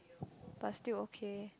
but still okay